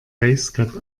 basecap